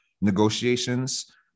negotiations